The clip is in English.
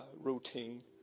routine